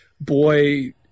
boy